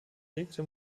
legte